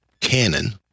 canon